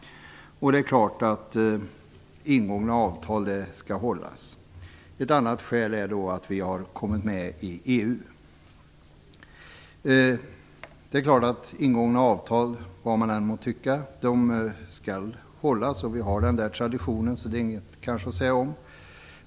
Det är klart att ingångna avtal skall hållas. Ett annat skäl är att vi har kommit med i EU. Det är klart att ingångna avtal skall hållas, vad man än må tycka. Vi har den traditionen, så det kanske inte är något att säga om.